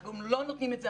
אנחנו לא נותנים את זה.